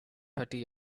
thirty